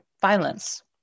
violence